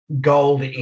gold